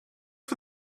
for